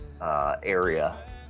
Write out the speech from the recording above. area